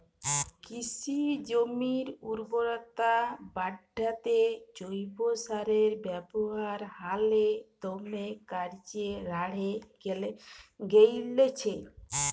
কিসি জমির উরবরতা বাঢ়াত্যে জৈব সারের ব্যাবহার হালে দমে কর্যে বাঢ়্যে গেইলছে